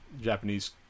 Japanese